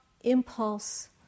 impulse